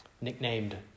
nicknamed